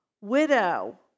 widow